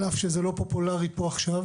על-אף שזה לא פופולרי פה עכשיו